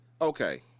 Okay